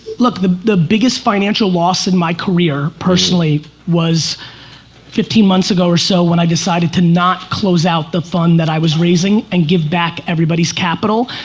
look, the the biggest financial loss in my career personally was fifteen months ago or so when i decided to not close out the find that i was raising and give back everybody's capital,